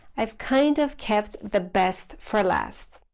i've kind of kept the best for last.